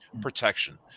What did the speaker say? protection